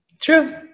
True